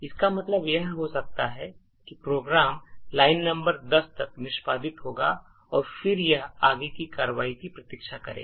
इसका मतलब यह हो सकता है कि प्रोग्राम लाइन नंबर 10 तक निष्पादित होगा और फिर यह आगे की कार्रवाई की प्रतीक्षा करेगा